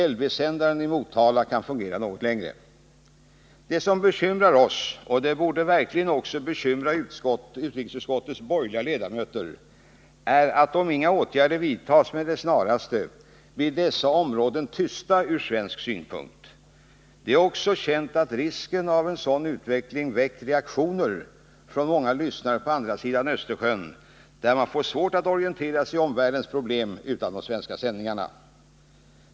LV-sändaren i Motala kan fungera något längre. Det som bekymrar oss — och det borde verkligen bekymra även utrikesutskottets borgerliga ledamöter — är att om inga åtgärder vidtas med det snaraste blir dessa områden tysta ur svensk synpunkt. Det är också känt att risken med en sådan utveckling väckt reaktioner från många lyssnare på andra sidan Östersjön där man får svårt att orientera sig i omvärldens problem utan de svenska sändningarna.